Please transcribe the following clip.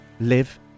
live